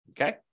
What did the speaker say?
Okay